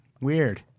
Weird